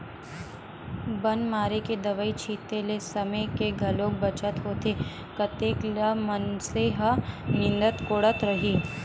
बन मारे के दवई छिते ले समे के घलोक बचत होथे कतेक ल मनसे ह निंदत कोड़त रइही